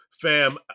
fam